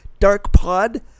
darkpod